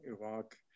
Iraq